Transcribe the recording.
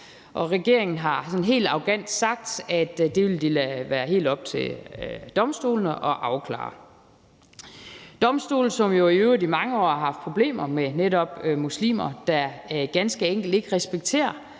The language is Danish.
regeringen har helt arrogant sagt, at det vil de lade være helt op til domstolene at afklare. Det er i øvrigt domstole, som i mange år har haft problemer med netop muslimer, der ganske enkelt ikke respekterer,